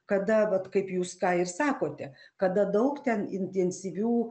kada vat kaip jūs ką ir sakote kada daug ten intensyvių